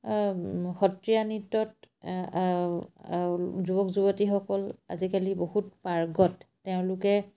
সত্ৰীয়া নৃত্যত যুৱক যুৱতীসকল আজিকালি বহুত পাৰ্গত তেওঁলোকে